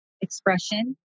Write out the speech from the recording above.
expression